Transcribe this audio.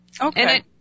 Okay